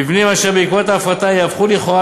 מבנים אשר בעקבות ההפרטה יהפכו לכאורה